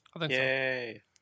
Yay